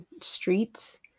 streets